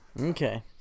Okay